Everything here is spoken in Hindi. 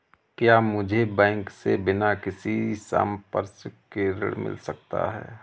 क्या मुझे बैंक से बिना किसी संपार्श्विक के ऋण मिल सकता है?